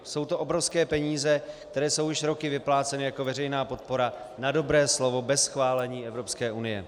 Jsou to obrovské peníze, které jsou již roky vypláceny jako veřejná podpora na dobré slovo bez schválení Evropské unie.